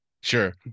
Sure